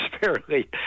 fairly